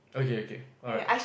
okay okay alright